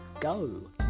go